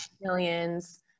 millions